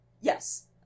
Yes